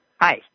Hi